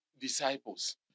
disciples